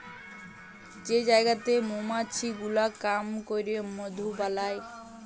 যে জায়গাতে মমাছি গুলা কাম ক্যরে মধু বালাই